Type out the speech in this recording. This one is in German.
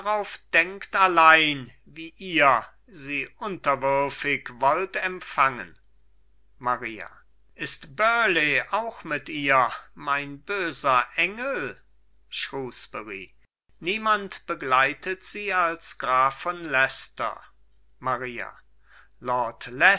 denkt allein wie ihr sie unterwürfig wollt empfangen maria ist burleigh auch mit ihr mein böser engel shrewsbury niemand begleitet sie als graf von leicester maria